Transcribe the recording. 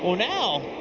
ah now